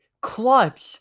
clutch